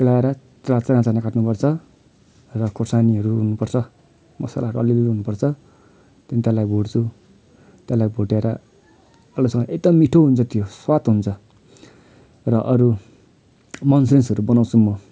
केलाएर त्यसलाई चाना चाना काट्नुपर्छ र खोर्सानीहरू हुनुपर्छ मसालाहरू अलिअलि हुनुपर्छ त्यहाँदेखि त्यसलाई भुट्छु त्यसलाई भुटेर आलुसँग एकदम मिठो हुन्छ त्यो स्वाद हुन्छ र अरू मन्चुरियनहरू बनाउँछु म